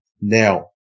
now